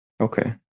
Okay